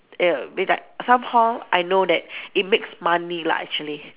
err be like somehow I know that it makes money lah actually